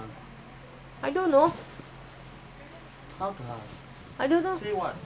sell the house she return you back